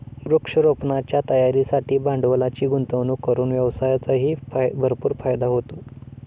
वृक्षारोपणाच्या तयारीसाठी भांडवलाची गुंतवणूक करून व्यवसायाचाही भरपूर फायदा होतो